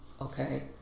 Okay